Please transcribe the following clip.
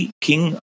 king